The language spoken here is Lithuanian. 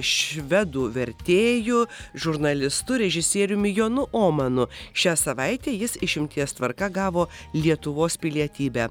švedų vertėju žurnalistu režisieriumi jonu omanu šią savaitę jis išimties tvarka gavo lietuvos pilietybę